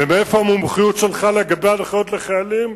ומאיפה המומחיות שלך לגבי ההנחיות לחיילים,